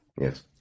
Yes